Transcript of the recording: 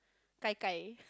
Gai Gai